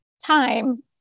time